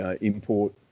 import